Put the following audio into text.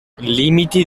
limiti